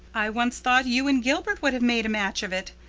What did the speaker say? i once thought you and gilbert would have made a match of it,